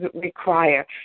require